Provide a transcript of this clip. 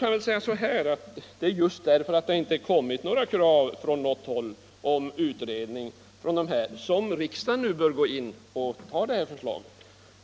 Men det är just därför att det inte kommit några krav om utredning från något håll som riksdagen nu bör ta detta förslag.